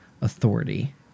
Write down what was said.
authority